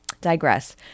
digress